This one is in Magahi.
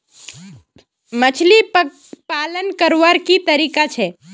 मछली पालन करवार की तरीका छे?